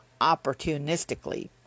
opportunistically